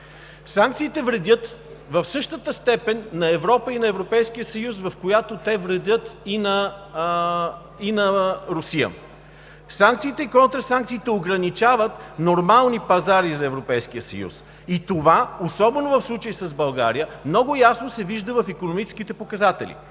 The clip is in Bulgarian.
Санкциите вредят в същата степен на Европа и на Европейския съюз, в която те вредят и на Русия. Санкциите и контрасанкциите ограничават нормални пазари за Европейския съюз и това – особено в случаи с България, много ясно се вижда в икономическите показатели,